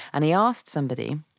and he asked somebody,